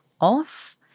off